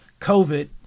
COVID